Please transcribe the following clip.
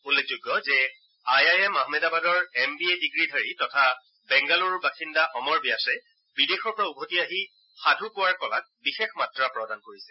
উল্লেখযোগ্য যে I I M আহমেদবাদৰ এম বি এ ডিগ্ৰীধাৰী তথা বেংগালুৰুৰ বাসিন্দা অমৰ ব্যাসে বিদেশৰ পৰা উভতি আহি সাধু কোৱাৰ কলাক বিশেষ মাত্ৰা প্ৰদান কৰিছে